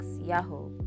Yahoo